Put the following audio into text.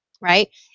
right